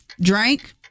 Drank